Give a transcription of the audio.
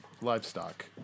livestock